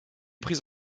prise